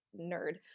nerd